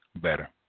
Better